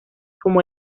como